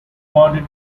awarded